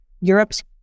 Europe's